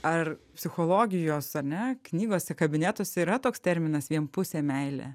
ar psichologijos ane knygose kabinetuose yra toks terminas vienpusė meilė